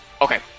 Okay